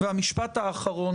המשפט האחרון